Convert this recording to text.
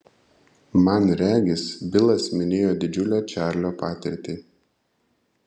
man regis bilas minėjo didžiulę čarlio patirtį